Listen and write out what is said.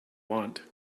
want